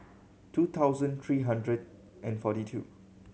two thousand three hundred and forty two